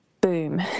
Boom